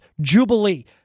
Jubilee